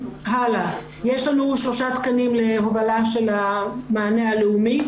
יש לנו שלושה תקנים להובלה של המענה הלאומי.